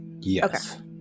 Yes